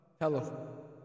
Hello